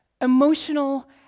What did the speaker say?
emotional